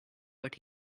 but